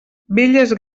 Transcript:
belles